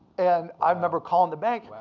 and i remember calling the bank.